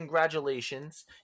Congratulations